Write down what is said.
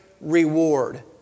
reward